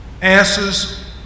answers